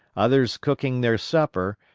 others cooking their supper,